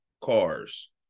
cars